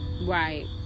right